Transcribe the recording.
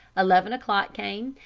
eleven o'clock came,